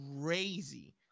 crazy